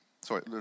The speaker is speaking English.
Sorry